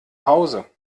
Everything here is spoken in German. hause